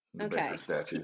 Okay